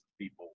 people